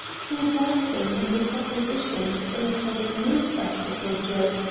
he was acting on the supposition that the letter was no practical joke,